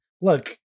look